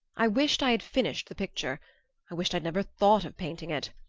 i wished i had finished the picture i wished i'd never thought of painting it.